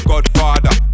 Godfather